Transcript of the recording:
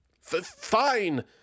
fine